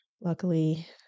Luckily